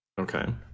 Okay